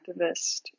activist